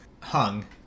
Hung